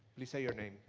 please say your name.